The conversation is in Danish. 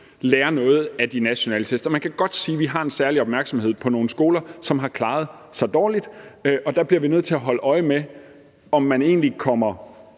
lære noget af de nationale test, og man kan godt sige, at vi har en særlig opmærksomhed på nogle skoler, som har klaret sig dårligt. Der bliver vi nødt til at holde øje med, om man egentlig kommer